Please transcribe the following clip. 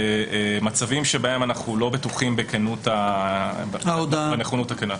מצבים שבהם אנחנו לא בטוחים בנכונות הכנה.